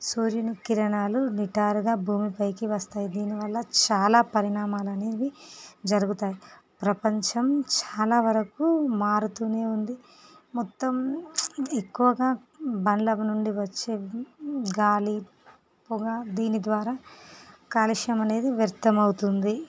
సూర్యుని కిరణాలు నిటారుగా భూమిపైకి వస్తాయి దీని వల్ల చాలా పరిణామాలు అనేది జరుగుతాయి ప్రపంచం చాలా వరకు మారుతు ఉంది మొత్తం ఎక్కువగా బండ్ల నుండి వచ్చే గాలి పొగ దీని ద్వారా కాలుష్యం అనేది వ్యర్థమవుతుంది